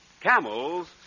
Camels